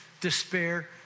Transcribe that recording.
despair